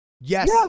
Yes